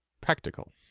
practical